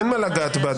אין מה לגעת בה.